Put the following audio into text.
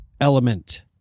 Element